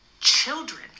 children